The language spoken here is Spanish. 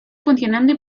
funcionando